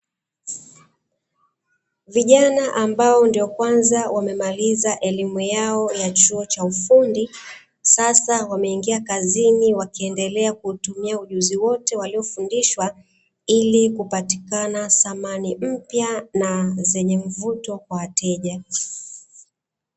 Vijana ambao ndio kwanza wamemaliza elimu yao ya chuo cha ufundi, sasa wameingia kazini, wakiendelea kutumia ujuzi wote waliofundishwa ili kupatikana samani mpya na zenye mvuto kwa wateja.